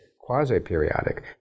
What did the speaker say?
quasi-periodic